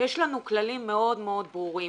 יש לנו כללים מאוד מאוד ברורים.